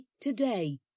today